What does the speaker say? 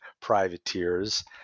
privateers